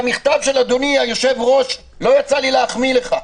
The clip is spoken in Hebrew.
והמכתב של אדוני היושב-ראש לא יצא לי להחמיא לך,